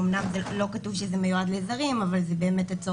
אמנם לא כתוב שזה מיועד לזרים אבל הצורך